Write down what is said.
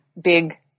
big